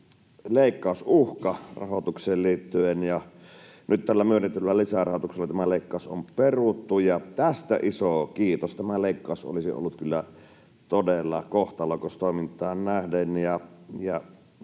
leikkausuhka rahoitukseen liittyen, ja nyt tällä myönnetyllä lisärahoituksella tämä leikkaus on peruttu — tästä iso kiitos. Tämä leikkaus olisi ollut kyllä todella kohtalokas toimintaan nähden,